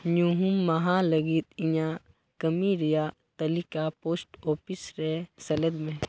ᱧᱩᱦᱩᱢ ᱢᱟᱦᱟ ᱞᱟᱹᱜᱤᱫ ᱤᱧᱟᱹᱜ ᱠᱟᱹᱢᱤ ᱨᱮᱭᱟᱜ ᱛᱟᱹᱞᱤᱠᱟ ᱯᱳᱥᱴ ᱚᱯᱷᱤᱥ ᱨᱮ ᱥᱮᱞᱮᱫ ᱢᱮ